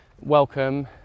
welcome